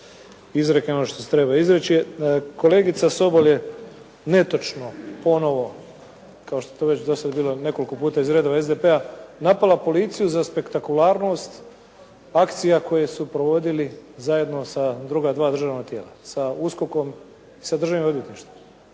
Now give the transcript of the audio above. izrekama što se treba izreći. Kolegica Sobol je netočno ponovo kao što je to već do sad bilo nekoliko puta iz redova SDP-a napala policiju za spektakularnost akcija koje su provodili zajedno sa druga dva državna tijela, sa USKOK-om i sa Državnim odvjetništvom.